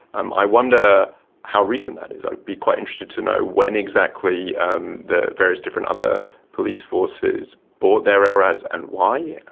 and i wonder how recent that is. i'd be quite interested to know when exactly and the various different other police forces bought their lrads and why.